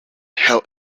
help